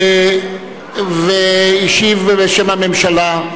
והשיב בשם הממשלה.